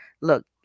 Look